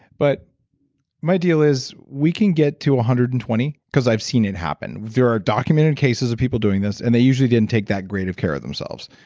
but my deal is we can get to one ah hundred and twenty. because i've seen it happen. there are documented cases of people doing this and they usually didn't take that great of care of themselves.